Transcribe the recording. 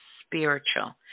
spiritual